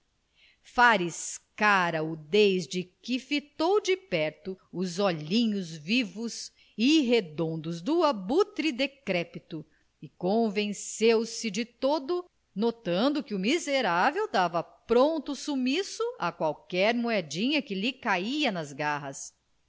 engarrafado fariscara o desde que fitou de perto os olhinhos vivos e redondos do abutre decrépito e convenceu-se de todo notando que o miserável dava pronto sumiço a qualquer moedinha que lhe caia nas garras